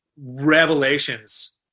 revelations